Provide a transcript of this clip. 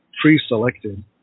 pre-selected